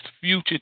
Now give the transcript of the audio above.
future